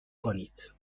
کنید